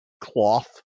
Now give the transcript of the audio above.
cloth